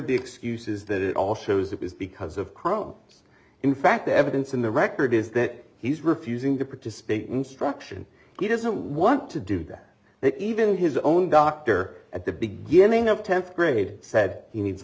the excuses that it all shows it was because of chrome in fact the evidence in the record is that he's refusing to participate instruction he doesn't want to do that that even his own doctor at the beginning of tenth grade said he needs a